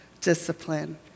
discipline